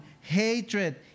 hatred